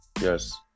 yes